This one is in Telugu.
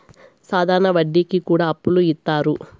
సాధారణ వడ్డీ కి కూడా అప్పులు ఇత్తారు